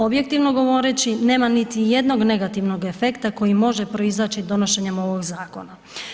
Objektivno govoreći nema niti jednog negativnog efekta koji može proizaći donošenjem ovoga Zakona.